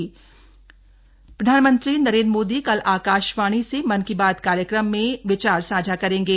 मन की बात प्रधानमंत्री नरेन्द्र मोदी कल आकाशवाणी से मन की बात कार्यक्रम में विचार साझा करेंगे